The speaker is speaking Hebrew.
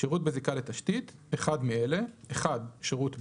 ""שירות בזיקה לתשתית" אחד מאלה: (1)שירות בזק,